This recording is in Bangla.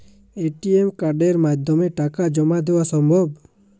এ.টি.এম কার্ডের মাধ্যমে টাকা জমা দেওয়া সম্ভব?